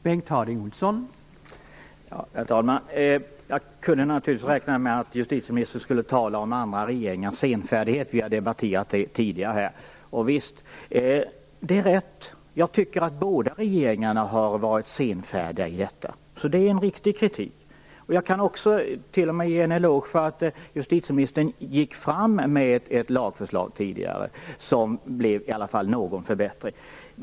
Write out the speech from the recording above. Herr talman! Jag kunde naturligtvis räkna med att justitieministern skulle tala om andra regeringars senfärdighet. Vi har debatterat det tidigare. Visst, det är rätt. Båda regeringarna har varit senfärdiga i detta sammanhang. Det är alltså en riktig kritik. Jag kan t.o.m. ge justitieministern en eloge för att hon tidigare gick fram med ett lagförslag, som i alla fall innebar någon förbättring.